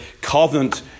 covenant